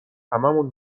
هممون